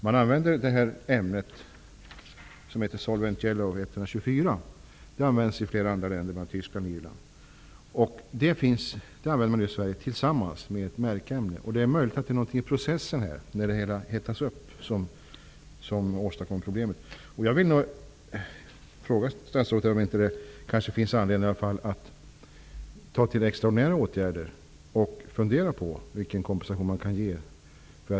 Man använder ämnet Solvent-Yellow 124 i flera andra länder, bl.a. i Tyskland och Irland. Detta ämne används nu i Sverige tillsammans med ett märkämne. Det är möjligt att det är någonting i processen och upphettningen som åstadkommer problemet. Jag vill fråga statsrådet om det kanske finns anledning att ta till extraordinära åtgärder och fundera över vilken kompensation som kan ges.